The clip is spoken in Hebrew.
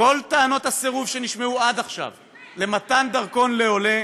כל טענות הסירוב שנשמעו עד עכשיו למתן דרכון לעולה